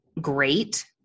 great